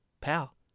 pal